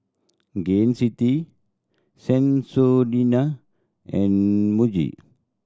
Gain City Sensodyne and Muji